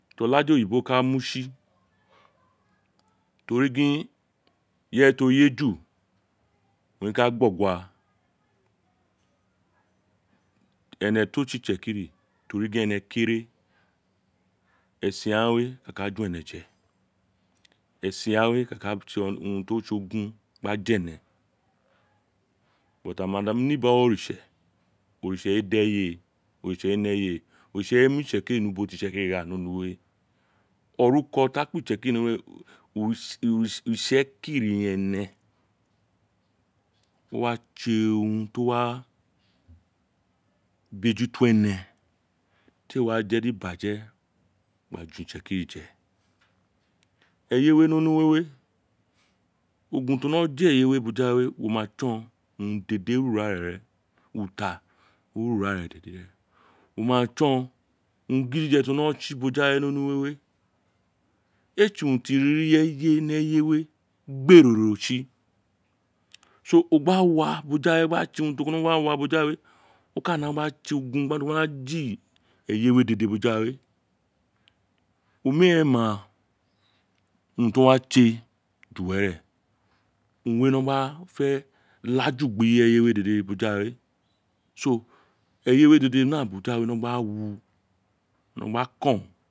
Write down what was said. Ti olaja oyibo ka mu tsi tori gin ireye to ye ju owun re ka gba ogua ene to tsi itsekiri to ri gin ene kere esi ghaan we a ka gi ene je esi ghaan we a ka urun ti o tse ogun gba je ene aghaan ma nemi bogho oritse oritse owun re da eye oritse owun re me eye oritse owun re mu itsekiri ni ubo ti itsekiri gha ni onuwe oruko ti a kpee itsekiri ni onuwe use ku ri ene o wa tse owun ti o wa bi eju to ee tia jedi ibaje gba je itsekiri je eyewe ni onuwe ogun ti o no dum eyewe boja we wo ma tson uran dede re urare reen uta ore urare ren wo ma tson arun gidije ti o no tse boja we ee tsi urun ti ireye eye gbe roro tsi to o gba wa boja we gba tse urun ti o no wa we o ka no gba tse ogun gba no gba din eye we dede boja we omiren ee ma urum ti o wa tse ju were urun we no gba fe laju gbi ireye we dede boja we eyene dede boja we no wu gba kon